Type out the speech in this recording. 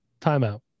Timeout